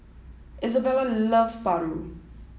Isabella loves Paru